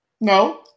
No